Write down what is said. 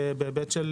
בהיבט של